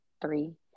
three